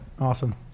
Awesome